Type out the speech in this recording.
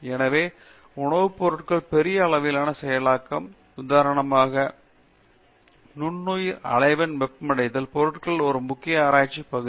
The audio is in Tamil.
எனவே உணவு பொருட்களின் பெரிய அளவிலான செயலாக்கம் உதாரணமாக நுண்ணுயிர் அலைவெண் வெப்பமடைதல் பொருட்களில் ஒரு முக்கிய ஆராய்ச்சி பகுதி